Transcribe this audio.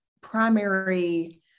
primary